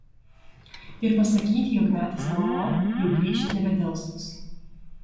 ir pasakyti jog metas namo jau grįžt nebedelsus